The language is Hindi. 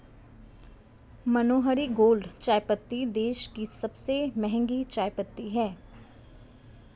मनोहारी गोल्ड चायपत्ती देश की सबसे महंगी चायपत्ती है